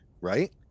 Right